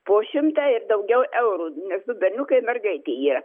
po šimtą ir daugiau eurų nes du berniukai ir mergaitė yra